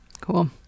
Cool